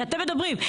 כי אתם מדברים,